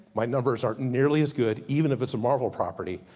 my numbers aren't nearly as good, even if it's a marvel property.